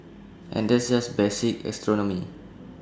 and that's just basic astronomy